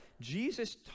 Jesus